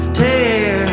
tear